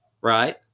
right